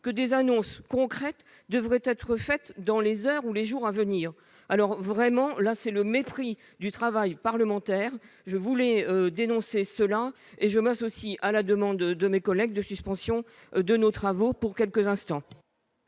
que des annonces concrètes devraient être faites dans les heures ou les jours à venir. Il s'agit là d'un mépris total pour le travail parlementaire. Je tiens à le dénoncer et je m'associe à la demande de mes collègues de suspendre nos travaux pour quelques instants.